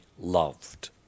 loved